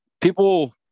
people –